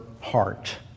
heart